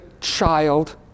child